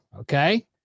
okay